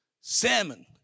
Salmon